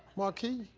marquis.